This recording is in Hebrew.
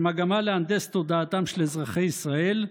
במגמה להנדס את תודעתם של אזרחי ישראל,